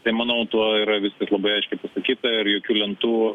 tai manau tuo yra viskas labai aiškiai pasakyta ir jokių lentų